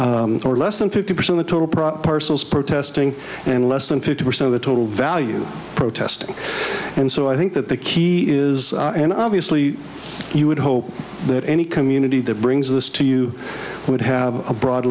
or less than fifty percent the total parcels protesting and less than fifty percent of the total value protesting and so i think that the key is and obviously you would hope that any community that brings this to you would have a broad